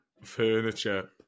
furniture